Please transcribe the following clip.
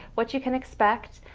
what you can expect,